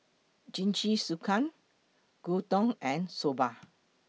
Jingisukan Gyudon and Soba